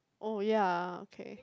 oh ya okay